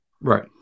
right